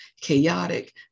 chaotic